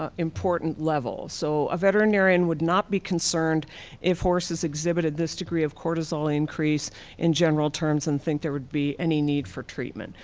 ah important levels. so a veterinarian would not be concerned if horses exhibited this degree of cortisol increase in general terms and think there would be any need for treatment.